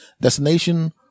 destination